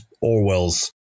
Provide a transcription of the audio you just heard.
Orwell's